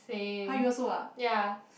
same ya